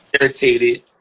irritated